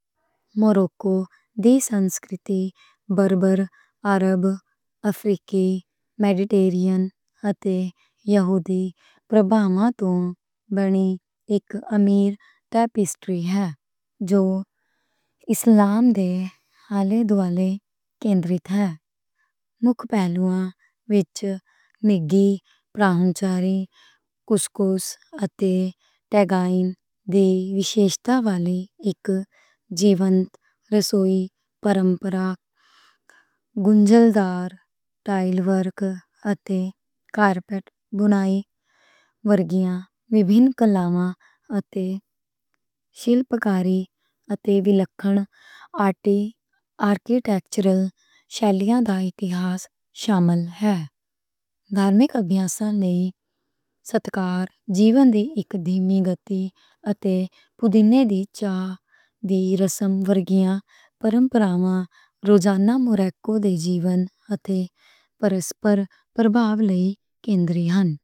موروکو دی سنسکرتی بربر، عرب، افریکی، میڈیٹیرینین اتے یہودی پرابھاو توں بنی اک امیر ٹیپسٹری ہے، جو اسلام دے آلے دوالے کندرِت ہے۔ مکھ پہلوواں وچ نیکی، مہمان نوازی، کسکس اتے ہے گا، جیوَنت رسوئی، پرمپراواں، گونجلدار، ٹائل ورک اتے کارپٹ بُنائی، ورگیاں، وِبھِن کلاواں میں شِلپکاری اتے آرکیٹیکچرل شَیلیاں تے تاریخ شامل ہے۔ دھارمک ابھیاس، ستکار، جیون دی اک دھیمی گتی، اتے پُدینے دے چا دے رسم ورگے پرمپراواں روزانہ موروکو دے جیون اتے پرسپَر پرابھاو لے کندرت ہن۔